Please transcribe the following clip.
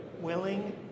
willing